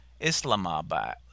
Islamabad